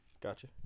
Gotcha